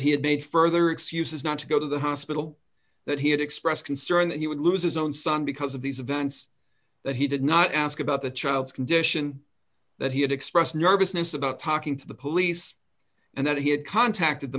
he had made further excuses not to go to the hospital that he had expressed concern that he would lose his own son because of these events that he did not ask about the child's condition that he had expressed nervousness about talking to the police and that he had contacted the